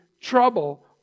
trouble